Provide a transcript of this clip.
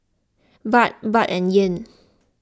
Baht Baht and Yen